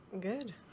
Good